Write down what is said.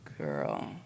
girl